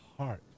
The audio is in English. heart